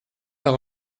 par